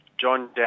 John